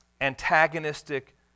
antagonistic